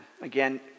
Again